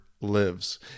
lives